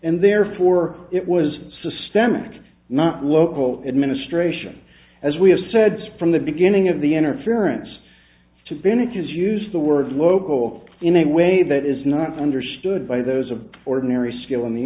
and therefore it was systemic not local administration as we have said from the beginning of the interference to binik is used the word local in a way that is not understood by those of ordinary skill in the